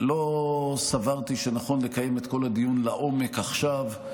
לא סברתי שנכון לקיים את כל הדיון לעומק עכשיו,